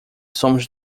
somos